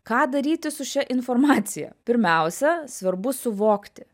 ką daryti su šia informacija pirmiausia svarbu suvokti